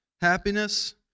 Happiness